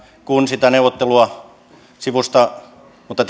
kun sitä neuvottelua sivusta mutta tiiviisti